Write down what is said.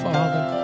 Father